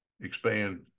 expand